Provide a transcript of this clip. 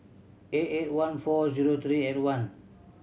eight eight one four zero three eight one